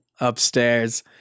upstairs